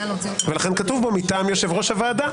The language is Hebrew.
ולכן כתוב בו "מטעם יושב-ראש הוועדה",